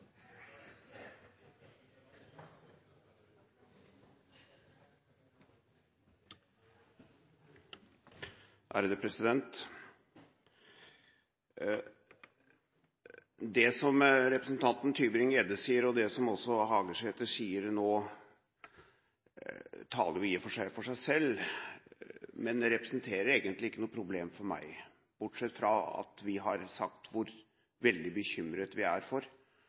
og Hagesæter sier nå, taler i og for seg for seg selv, men det representerer egentlig ikke noe problem for meg. Bortsett fra at vi har sagt hvor veldig bekymret vi er for